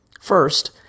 First